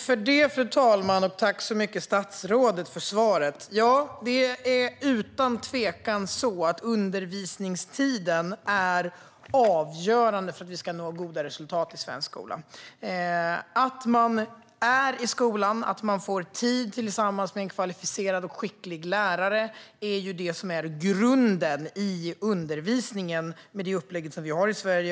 Fru talman! Tack, statsrådet, för svaret! Utan tvekan är undervisningstiden avgörande för att vi ska nå goda resultat i svensk skola. Att man är i skolan och får tid tillsammans med en kvalificerad och skicklig lärare är grunden i undervisningen i det upplägg som vi har i Sverige.